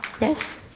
yes